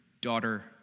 daughter